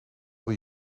die